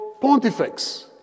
pontifex